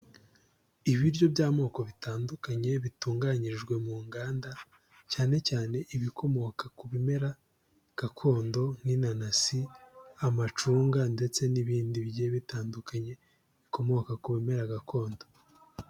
Ibiryo by'amoko bitandukanye bitunganyirijwe mu nganda, cyane cyane ibikomoka ku bimera gakondo nk'inanasi, amacunga, ndetse n'ibindi bigiye bitandukanye bikomoka ku bimera gakondo.